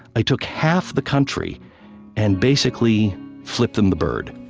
i took half the country and basically flipped them the bird.